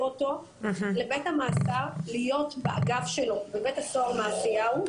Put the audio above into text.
אותו לבית המאסר להיות באגף שלו בבית הסוהר מעשיהו,